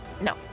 No